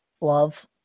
love